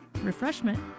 refreshment